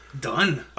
Done